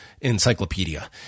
encyclopedia